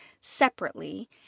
separately